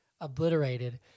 obliterated